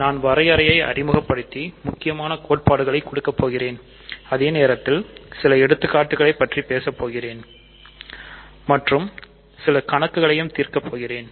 நான் வரையறைகளை அறிமுகப்படுத்தி முக்கியமான கோட்பாடுகளை கொடுக்கப் போகிறேன்அதே நேரத்தில் சில எடுத்துக்காட்டுகளைப் பற்றி பேசப்போகிறேன் மற்றும் சில கணக்குகளையும் தீர்க்கப் போகிறேன்